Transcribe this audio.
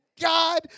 God